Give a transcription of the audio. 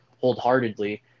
wholeheartedly